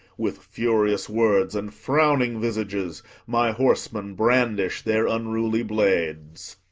with furious words and frowning visages my horsemen brandish their unruly blades.